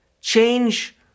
change